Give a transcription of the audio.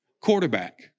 Quarterback